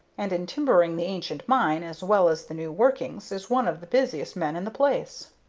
and, in timbering the ancient mine, as well as the new workings, is one of the busiest men in the place.